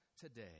today